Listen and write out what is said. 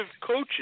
coaches –